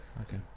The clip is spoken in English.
Okay